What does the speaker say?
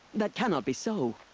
that cannot be so!